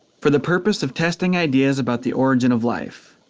for the purpose of testing ideas about the origin of life.